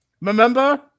Remember